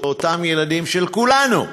אותם ילדים של כולנו,